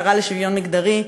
השרה לשוויון מגדרי,